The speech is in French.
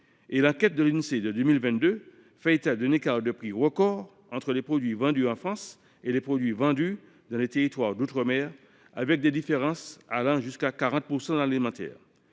L’enquête de l’Insee de 2022 fait état d’un écart de prix record entre les produits vendus en France et ceux qui le sont dans les territoires d’outre mer avec des différences allant jusqu’à 40 % dans l’alimentaire.